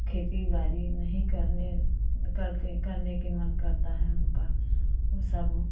खेती बाड़ी नही करने करते करने के मन करता है उनका वो सब